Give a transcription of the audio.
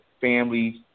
families